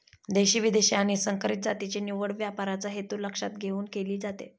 देशी, विदेशी आणि संकरित जातीची निवड व्यापाराचा हेतू लक्षात घेऊन केली जाते